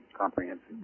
comprehensive